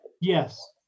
Yes